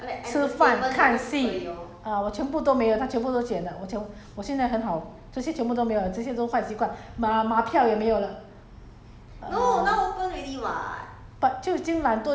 也也没有你看没有得看戏我们的我们的 entertainment 的吃饭看戏 uh 我全部都没有它全部都减了我全我现在很好这些全部都没有了这些都坏习惯马马票没有了